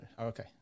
Okay